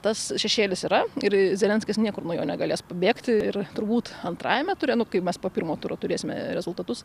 tas šešėlis yra ir zelenskis niekur nuo jo negalės pabėgti ir turbūt antrajame ture nu kai mes po pirmo turo turėsime rezultatus